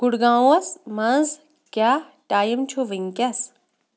گڈگاؤس منٛز کیٛاہ ٹایم چھُ وُنکیٚنس